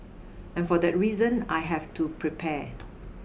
and for that reason I have to prepare